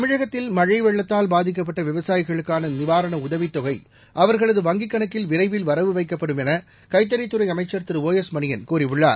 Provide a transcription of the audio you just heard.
தமிழகத்தில் மழை வெள்ளத்தால் பாதிக்கப்பட்ட விவசாயிகளுக்கான நிவாரண உதவித்தொகை அவர்களது வங்கிக்கணக்கில் விரைவில் வைக்கப்படும் என கைத்தறித்துறை அமைச்சர் திரு ஒ எஸ் மணியன் கூறியுள்ளார்